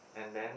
and then